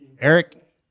Eric